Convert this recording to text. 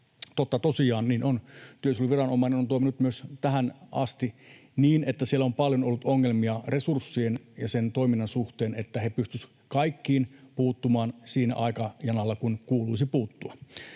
Totta tosiaan niin on. Työsuojeluviranomainen on toiminut myös tähän asti niin, mutta siellä on paljon ollut ongelmia resurssien ja sen toiminnan suhteen, että he pystyisivät kaikkiin puuttumaan sillä aikajanalla kuin kuuluisi puuttua.